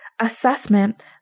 assessment